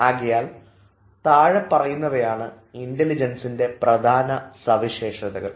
ആകയാൽ താഴെപ്പറയുന്നവയാണ് ഇൻറലിജൻസിൻറെ പ്രധാന സവിശേഷതകൾ